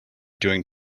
doing